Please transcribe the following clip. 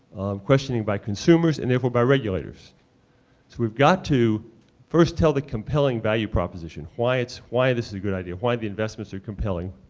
questioning by consumers, and therefore, by regulators. so we've got to first tell the compelling value proposition, why it's why this is a good idea, why the investments are compelling,